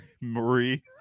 Marie